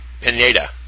Pineda